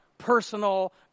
personal